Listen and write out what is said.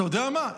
אתה יודע מה?